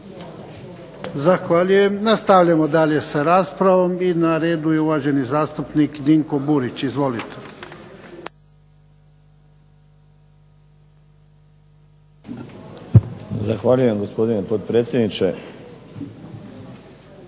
Zahvaljujem. Nastavljamo dalje sa raspravom. I na redu je uvaženi zastupnik Dinko Burić. Izvolite. **Burić, Dinko (HDSSB)** Zahvaljujem gospodine potpredsjedniče.